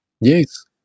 Yes